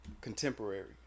Contemporary